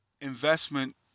investment